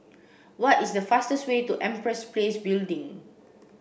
what is the fastest way to Empress Place Building